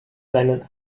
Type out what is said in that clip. seinen